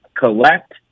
collect